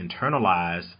internalize